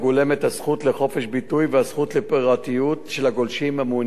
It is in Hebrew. יציג את הצעת החוק כבוד שר המשפטים יעקב